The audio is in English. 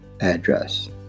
address